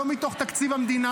לא מתוך תקציב המדינה,